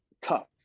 tough